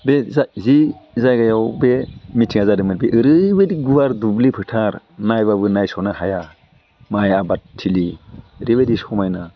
बे जा जि जायगायाव बे मिथिङा जादोंमोन बे ओरैबायदि गुवार दुब्लि फोथार नायबाबो नायस'नो हाया माइ आबादथिलि ओरैबायदि समायना